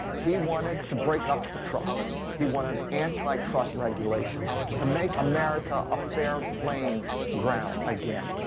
he wanted to break up the trusts. he wanted anti-trust regulation to make america a fair playing ground again.